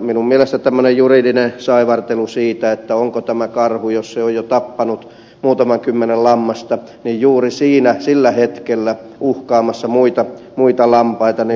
minun mielestäni tämmöinen juridinen saivartelu siitä onko tämä karhu jos se on jo tappanut muutaman kymmentä lammasta juuri siinä sillä hetkellä uhkaamassa muita lampaita